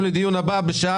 בשעה